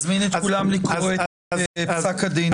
אני מזמין את כולם לקרוא את פסק הדין.